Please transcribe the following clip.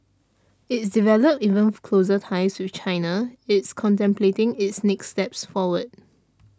it's developed even closer ties with China it's contemplating its next steps forward